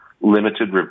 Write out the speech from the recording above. limited